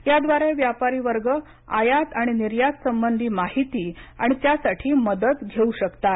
याद्वारे व्यापारीवर्ग आयात आणि निर्यात संबधी माहिती आणि त्यासाठी मदत घेऊ शकतात